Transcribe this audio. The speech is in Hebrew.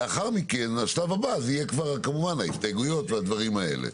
השלב הבא זה יהיה כבר כמובן ההסתייגויות והדברים האלה.